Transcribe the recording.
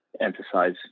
emphasize